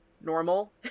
normal